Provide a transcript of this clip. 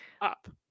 up